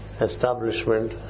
establishment